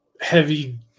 heavy